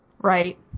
Right